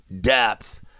depth